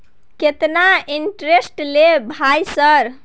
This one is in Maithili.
केतना इंटेरेस्ट ले भाई सर?